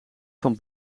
van